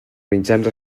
mitjans